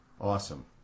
Awesome